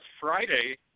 friday